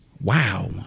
wow